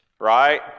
Right